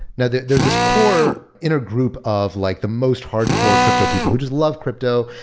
now, there's there's this core inner group of like the most hardcore crypto people who just love crypto.